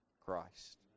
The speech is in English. Christ